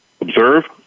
Observe